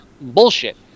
Bullshit